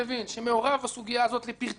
שמעורב בסוגיה הזאת לפרטי-פרטים,